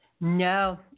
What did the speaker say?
No